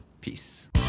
Peace